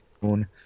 moon